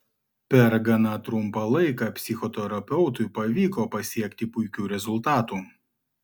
per gana trumpą laiką psichoterapeutui pavyko pasiekti puikių rezultatų